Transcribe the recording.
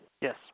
Yes